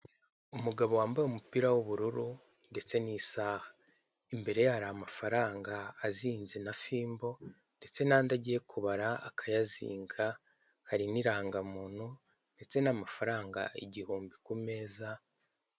Umugabo wambaye umupira w'ubururu ndetse n'isaha, imbere ye hari amafaranga azinze na fimbo ndetse n'andi agiye kubara akayazinga, hari n'irangamuntu ndetse n'amafaranga igihumbi ku meza...